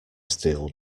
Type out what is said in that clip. steel